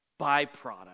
byproduct